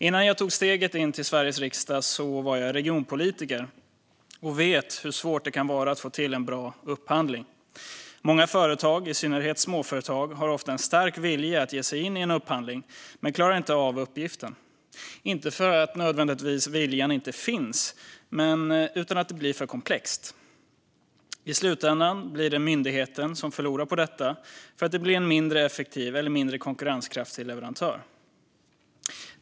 Innan jag tog steget in i Sveriges riksdag var jag regionpolitiker, och jag vet hur svårt det kan vara att få till en bra upphandling. Många företag, i synnerhet småföretag, har ofta en stark vilja att ge sig in i en upphandling men klarar inte av uppgiften. Det är inte nödvändigtvis därför att viljan saknas utan därför att det blir för komplext. I slutändan blir det myndigheten som förlorar på detta då det blir en mindre effektiv eller mindre konkurrenskraftig leverantör.